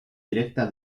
directa